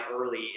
early